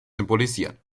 symbolisieren